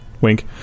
wink